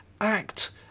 act